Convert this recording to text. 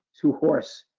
to horse,